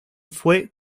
fue